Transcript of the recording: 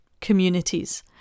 communities